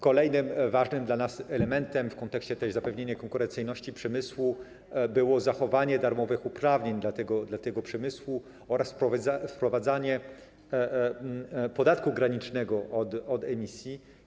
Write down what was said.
Kolejnym ważnym dla nas elementem w kontekście zapewnienia konkurencyjności przemysłu było zachowanie darmowych uprawnień dla tego przemysłu oraz wprowadzanie podatku granicznego od emisji.